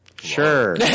Sure